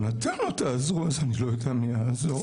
אם אתם לא תעזרו, אז אני לא יודע מי יעזור.